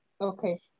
Okay